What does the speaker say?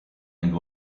and